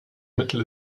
mittel